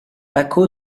paco